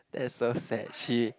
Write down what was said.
that is so sad she